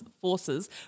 forces